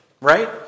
right